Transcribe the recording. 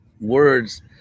words